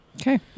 Okay